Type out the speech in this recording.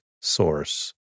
source